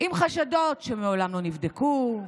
עם חשדות שמעולם לא נבדקו,